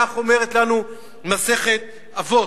כך אומרת לנו מסכת אבות.